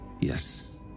Yes